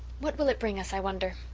what will it bring us, i wonder.